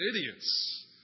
idiots